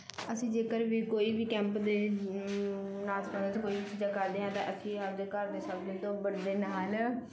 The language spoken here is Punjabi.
ਅਸੀਂ ਜੇਕਰ ਵੀ ਕੋਈ ਵੀ ਕੈਂਪ ਦੇ ਨਾਲ ਸੰਬੰਧਿਤ ਕੋਈ ਵੀ ਚੀਜ਼ਾਂ ਕਰਦੇ ਹਾਂ ਤਾਂ ਅਸੀਂ ਆਪ ਦੇ ਘਰ ਦੇ ਸਭ ਤੋਂ ਵੱਡੇ ਮਹਿਲ